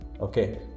Okay